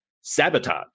sabotage